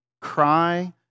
cry